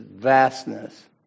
vastness